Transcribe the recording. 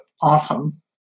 often